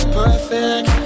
perfect